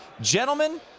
gentlemen